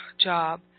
job